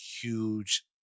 huge